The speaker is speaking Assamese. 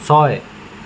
ছয়